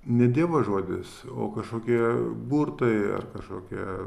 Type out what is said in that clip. ne dievo žodis o kažkokie burtai ar kažkokie